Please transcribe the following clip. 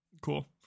Cool